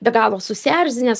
be galo susierzinęs